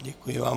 Děkuji vám.